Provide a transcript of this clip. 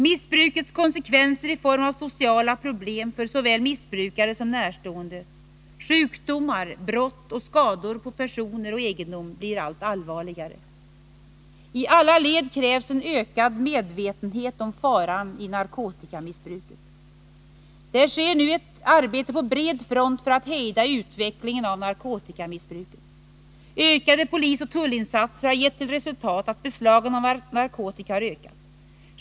Missbrukets konsekvenser i form av sociala problem för såväl missbrukare som närstående, sjukdomar, brott och skador på personer och egendom blir allt allvarligare. I alla led krävs en ökad medvetenhet om faran i narkotikamissbruket. Det sker nu ett arbete på bred front för att hejda utvecklingen av narkotikamissbruket. Ökade polisoch tullinsatser har gett till resultat att beslagen av narkotika har ökat.